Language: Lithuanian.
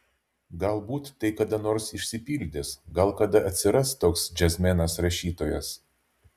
galbūt tai kada nors išsipildys gal kada atsiras toks džiazmenas rašytojas